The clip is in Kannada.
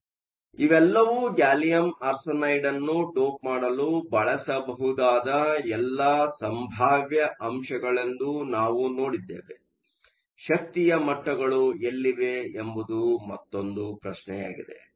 ಆದ್ದರಿಂದ ಇವೆಲ್ಲವೂ ಗ್ಯಾಲಿಯಮ್ ಆರ್ಸೆನೈಡ್ ಅನ್ನು ಡೋಪ್ ಮಾಡಲು ಬಳಸಬಹುದಾದ ಎಲ್ಲಾ ಸಂಭಾವ್ಯ ಅಂಶಗಳೆಂದು ನಾವು ನೋಡಿದ್ದೇವೆ ಶಕ್ತಿಯ ಮಟ್ಟಗಳು ಎಲ್ಲಿವೆ ಎಂಬುದು ಮತ್ತೊಂದು ಪ್ರಶ್ನೆಯಾಗಿದೆ